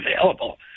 available